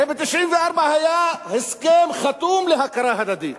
הרי ב-1994 היה הסכם חתום להכרה הדדית,